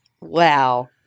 Wow